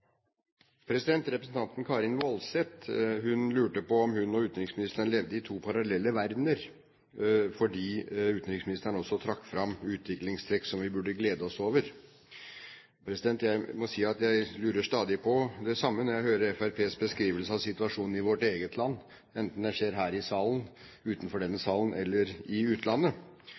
Representanten Karin Woldseth lurte på om hun og utenriksministeren levde i to parallelle verdener, fordi utenriksministeren også trakk fram utviklingstrekk som vi burde glede oss over. Jeg må si at jeg stadig lurer på det samme når jeg hører Fremskrittspartiets beskrivelse av situasjonen i vårt eget land, enten det skjer her i salen, utenfor denne salen eller i utlandet.